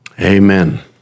Amen